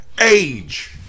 age